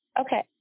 Okay